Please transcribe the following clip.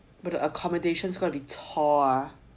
but the accommodations chor ah